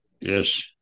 Yes